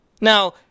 now